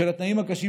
בשל התנאים הקשים,